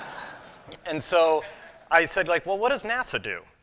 and so i said, like, well, what does nasa do?